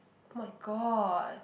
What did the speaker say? !oh-my-god!